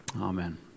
Amen